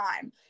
time